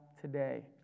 today